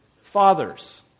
Fathers